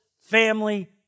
family